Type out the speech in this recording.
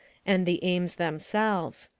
and the aims themselves.